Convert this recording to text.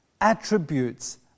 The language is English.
attributes